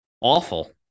Awful